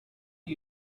are